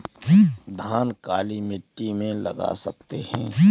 धान काली मिट्टी में लगा सकते हैं?